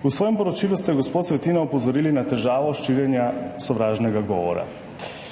V svojem poročilu ste, gospod Svetina, opozorili na težavo širjenja sovražnega govora.